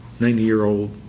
90-year-old